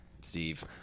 Steve